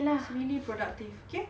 it's really productive okay